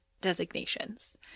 designations